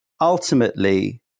ultimately